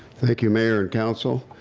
thank you mayor and council.